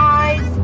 eyes